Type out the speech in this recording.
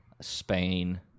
Spain